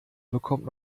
bekommt